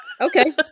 Okay